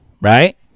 right